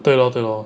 对 lor 对 lor